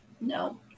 No